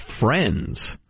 friends